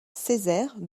césaire